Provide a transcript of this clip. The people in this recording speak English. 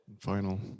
Final